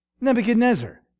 Nebuchadnezzar